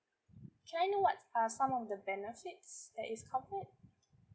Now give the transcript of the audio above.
can I know what's are some of the benefits that is covered